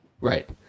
Right